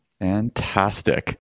Fantastic